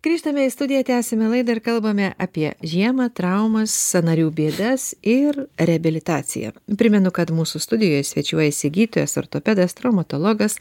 grįžtame į studiją tęsiame laidą ir kalbame apie žiemą traumas sąnarių bėdas ir reabilitaciją primenu kad mūsų studijoje svečiuojasi gydytojas ortopedas traumatologas